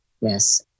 Yes